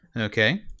Okay